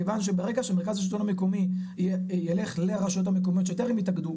כיוון שברגע שמרכז השילטון המקומי ילך לרשויות המקומיות שטרם התאגדו,